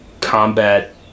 combat